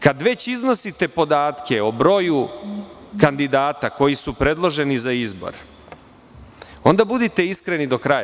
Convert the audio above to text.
Kada već iznosite podatke o broju kandidata koji su predloženi za izbor, onda budite iskreni do kraja.